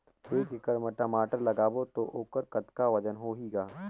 एक एकड़ म टमाटर लगाबो तो ओकर कतका वजन होही ग?